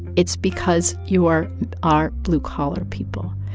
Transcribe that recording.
it's because you are are blue-collar people.